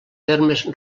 termes